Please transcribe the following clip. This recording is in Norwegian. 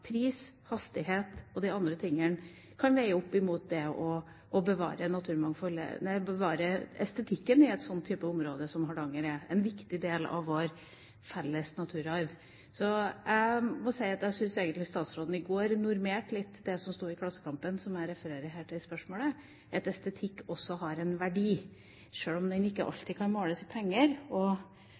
andre tingene kan veie opp mot det å bevare estetikken i en type område som Hardanger er – en viktig del av vår felles naturarv. Jeg må si at jeg syns egentlig statsråden i går modererte litt det som sto i Klassekampen, og som jeg refererer til i spørsmålet, at estetikk også har en verdi, sjøl om den ikke alltid kan måles i penger.